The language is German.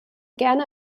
gerne